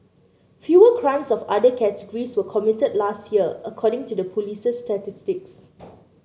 fewer crimes of other categories were committed last year according to the police's statistics